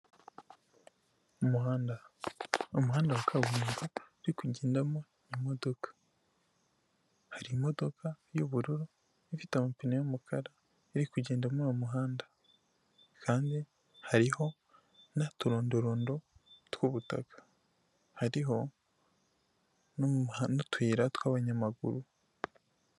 Umuhanda umuhanda wa kaburimbo uri kugendamo imodoka, hari imodoka y'ubururu ifite amapine y'umukara iri kugenda muri uwo muhanda kandi hariho n'uturondorondo tw'ubutaka hariho n'utuyira tw'abanyamaguru.